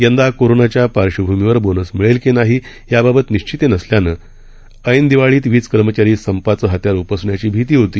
यंदा कोरोनाच्या पार्श्वभूमीवर बोनस निळेल की नाही याबाबत निश्चिती नसल्यानं ओन दिवाळीत वीज कर्मचारी संपाचं हत्यार उपसण्याची भीती होती